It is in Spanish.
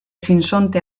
sinsonte